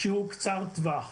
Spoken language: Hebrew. שהוא קצר טווח.